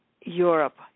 Europe